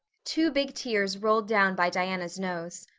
two big tears rolled down by diana's nose.